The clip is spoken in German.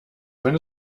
wenn